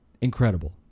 Incredible